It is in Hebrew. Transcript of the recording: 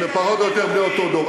פחות או יותר בני אותו דור,